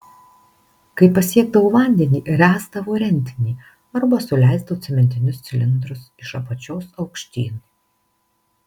kai pasiekdavo vandenį ręsdavo rentinį arba suleisdavo cementinius cilindrus iš apačios aukštyn